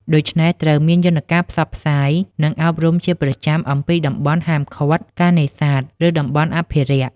ដូច្នេះ ត្រូវមានយន្តការផ្សព្វផ្សាយ និងអប់រំជាប្រចាំអំពី តំបន់ហាមឃាត់ការនេសាទ ឬតំបន់អភិរក្ស។